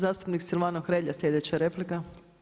Zastupnik Silvano Hrelja, slijedeća replika.